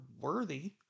worthy